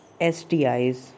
STIs